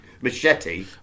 machete